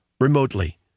remotely